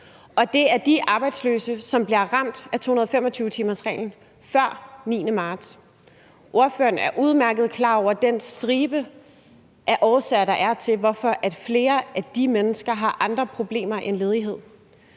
det er de arbejdsløse, som blev ramt af 225-timersreglen før 9. marts. Ordføreren er udmærket klar over den stribe af årsager, der er til, hvorfor flere af de mennesker har andre problemer end ledighed.